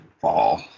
fall